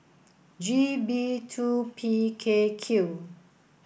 G B two P K Q